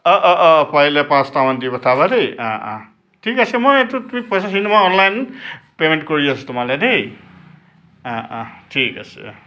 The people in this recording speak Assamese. অঁ অঁ অঁ পাৰিলে পাঁচটামান দি পঠাবা দেই অঁ অঁ ঠিক আছে মই এইটো তুমি পইচাটো মই অনলাইন পে'মেণ্ট কৰি আছোঁ তোমালৈ দেই অঁ অঁ ঠিক আছে